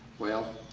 well,